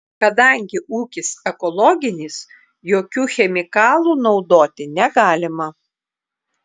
kadangi ūkis ekologinis jokių chemikalų naudoti negalima